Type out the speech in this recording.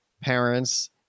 parents